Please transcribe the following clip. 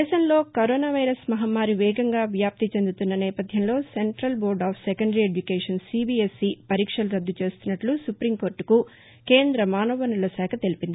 దేశంలో corona virus మహమ్మారి వేగంగా వ్యాప్తి చెందుతున్న నేవథ్యంలో central board of secondary education CBSE పరీక్షలు రద్దు చేస్తున్నట్ల సుపీంకోర్టకు కేంద్ర మానవ వనరుల శాఖ తెలిపింది